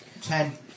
Ten